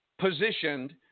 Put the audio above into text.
positioned